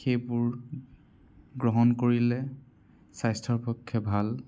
সেইবোৰ গ্ৰহণ কৰিলে স্বাস্থ্যৰ পক্ষে ভাল